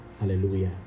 hallelujah